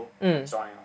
mm